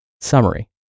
Summary